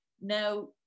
now